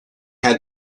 had